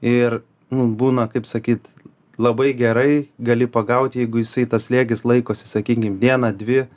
ir nu būna kaip sakyt labai gerai gali pagaut jeigu jisai tas slėgis laikosi sakykim dieną dvi